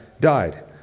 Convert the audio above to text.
died